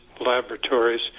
laboratories